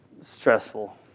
stressful